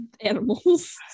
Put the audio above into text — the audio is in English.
animals